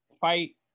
fight